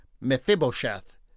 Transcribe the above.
Mephibosheth